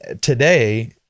today